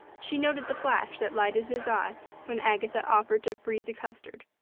she noted the flash that lighted his eye when agatha offered to freeze a custard.